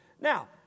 Now